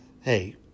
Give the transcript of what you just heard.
Hey